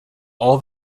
all